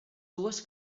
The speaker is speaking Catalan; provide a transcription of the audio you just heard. dues